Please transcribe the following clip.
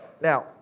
Now